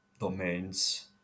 domains